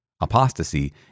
Apostasy